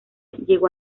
llegó